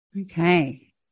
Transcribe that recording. Okay